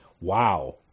Wow